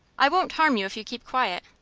i won't harm you if you keep quiet.